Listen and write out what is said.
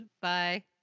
Bye